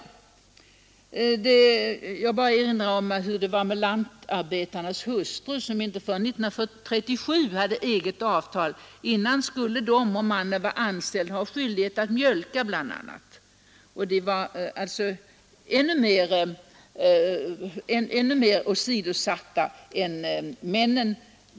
Jag erinrar också om hur det var med lantarbetarnas hustrur, som inte förrän 1937 fick ett eget avtal. Dessförinnan hade de skyldighet att mjölka, bl.a. De var alltså ännu mer åsidosatta än männen.